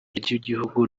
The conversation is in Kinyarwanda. ry’igihugu